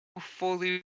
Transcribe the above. fully